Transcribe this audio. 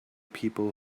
people